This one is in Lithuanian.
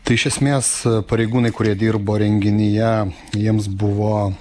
tai iš esmės pareigūnai kurie dirbo renginyje jiems buvo